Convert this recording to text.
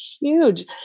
huge